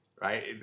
right